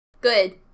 Good